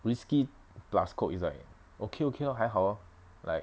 whisky plus Coke is like okay okay lor 还好 lor like